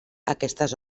aquestes